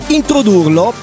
introdurlo